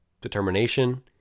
determination